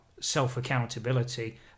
self-accountability